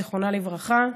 זיכרונה לברכה.